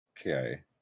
Okay